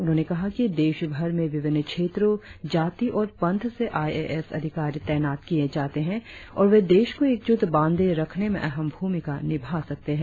उन्होंने कहा कि देशभर में विभिन्न क्षेत्रों जाति और पंथ से आई ए एस अधिकारी तैनात किए जाते है और वे देश को एकजुट बांधे रखने में अहम भूमिका निभा सकते है